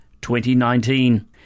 2019